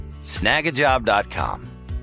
Snagajob.com